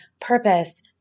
purpose